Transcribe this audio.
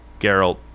Geralt